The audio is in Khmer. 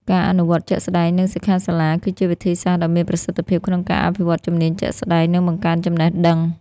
ការអនុវត្តជាក់ស្តែង និងសិក្ខាសាលា គឺជាវិធីសាស្ត្រដ៏មានប្រសិទ្ធភាពក្នុងការអភិវឌ្ឍជំនាញជាក់ស្តែង និងបង្កើនចំណេះដឹង។